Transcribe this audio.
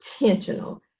intentional